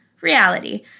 reality